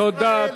תודה,